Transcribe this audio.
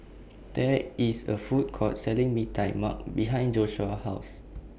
There IS A Food Court Selling Mee Tai Mak behind Joshua's House